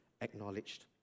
acknowledged